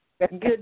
Good